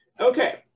Okay